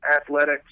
athletics